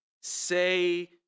say